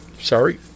Sorry